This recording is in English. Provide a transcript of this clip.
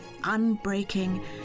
unbreaking